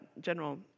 General